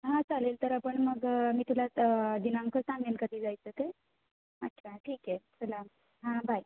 हां चालेल तर आपण मग मी तुला दिनांक सांगेन कधी जायचं ते अच्छा ठीक आहे चला हां बाय